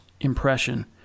impression